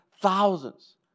Thousands